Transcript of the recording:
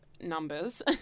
numbers